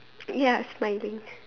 ya smiling